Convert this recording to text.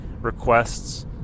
requests